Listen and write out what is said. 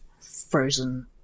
frozen